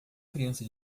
criança